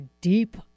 deep